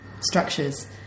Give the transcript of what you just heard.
structures